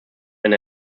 eine